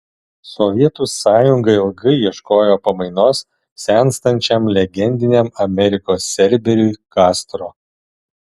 sovietų sąjunga ilgai ieškojo pamainos senstančiam legendiniam amerikos cerberiui kastro